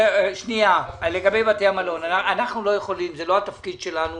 זה לא התפקיד שלנו